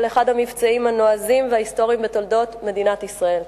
לאחד המבצעים הנועזים וההיסטוריים בתולדות מדינת ישראל,